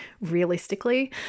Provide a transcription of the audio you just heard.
realistically